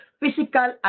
physical